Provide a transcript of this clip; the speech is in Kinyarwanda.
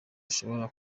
ushobora